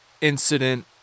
incident